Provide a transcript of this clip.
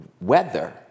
weather